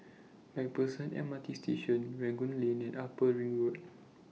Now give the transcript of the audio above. MacPherson M R T Station Rangoon Lane and Upper Ring Road